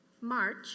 March